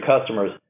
customers